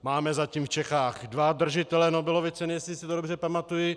Máme zatím v Čechách dva držitele Nobelovy ceny, jestli si to dobře pamatuji.